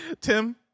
Tim